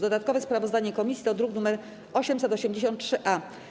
Dodatkowe sprawozdanie komisji to druk nr 883-A.